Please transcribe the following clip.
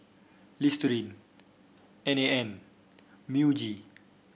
Listerine N A N Muji